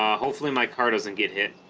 ah hopefully my car doesn't get hit